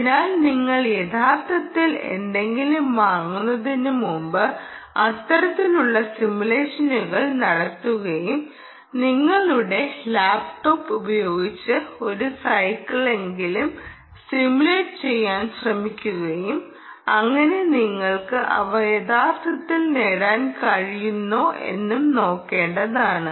അതിനാൽ നിങ്ങൾ യഥാർത്ഥത്തിൽ എന്തെങ്കിലും വാങ്ങുന്നതിന് മുമ്പ് അത്തരത്തിലുള്ള സിമുലേഷനുകൾ നടത്തുകയും നിങ്ങളുടെ ലാപ്ടോപ്പ് ഉപയോഗിച്ച് ഒരു സൈക്കിളെങ്കിലും സിമുലേറ്റ് ചെയ്യാൻ ശ്രമിക്കുകയും അങ്ങനെ നിങ്ങൾക്ക് അവ യഥാർഥത്തിൽ നേടാൻ കഴിയുന്നോ എന്നും നോക്കണ്ടതാണ്